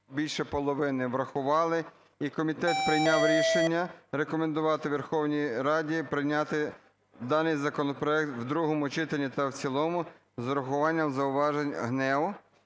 більше половини врахували. І комітет прийняв рішення рекомендувати Верховній Раді прийняти даний законопроект в другому читанні та в цілому з урахуванням зауважень ГНЕУ,